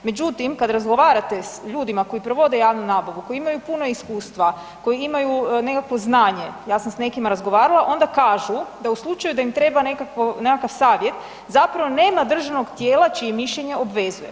Međutim, kad razgovarate s ljudima koji provode javnu nabavu, koji imaju puno iskustva, koji imaju nekakvo znanje, ja sam s nekima razgovarala onda kažu da u slučaju da im treba nekakav savjet zapravo nema državnog tijela čije mišljenje obvezuje.